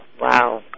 Wow